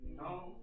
no